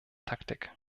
taktik